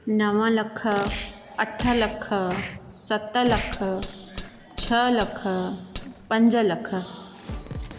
नव लख अठ लख सत लख छह लख पंज लख